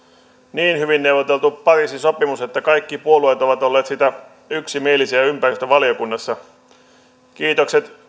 niin hyvin neuvoteltu pariisin sopimus että kaikki puolueet ovat olleet siitä yksimielisiä ympäristövaliokunnassa kiitokset